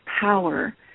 power